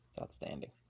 Outstanding